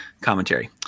commentary